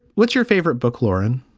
what's your favorite book, lauren?